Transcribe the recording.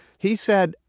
he said,